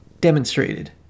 demonstrated